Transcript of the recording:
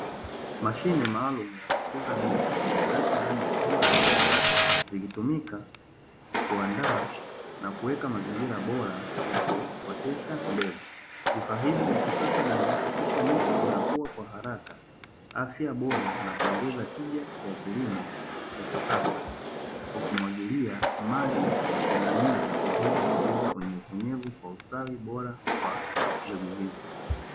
Mashine maalum ya kukuza miche iliyowekwa ndani ya hema la mazao zilitumika kuandaa na kuweka mazingira bora ya kuotesha mbegu, vifaa hivi vya kisasa vinahakikisha miche inakuwa kwa haraka afya bora na kuongeza tija ya kilimo cha kisasa, kwa kumwagilia maji ya kunyunyiza na hivyo kuongeza unyevunyevu kwa ustawi bora wa mbegu hizo.